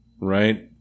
right